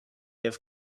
have